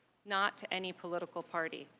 not to any political party.